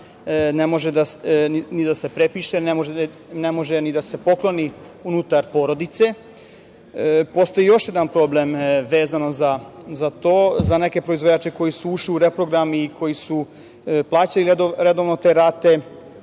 ne može ni da se prepiše, ne može ni da se pokloni unutar porodice. Postoji još jedan problem vezano za to. Za neke proizvođače koji su ušli u reprogram i koji su plaćali redovno te rate